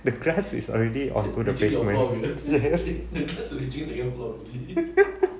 the grass is already on the paper already yes